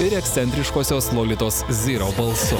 ir ekscentriškosios lolitos ziro balsu